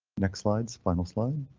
next, slide final slide.